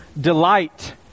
delight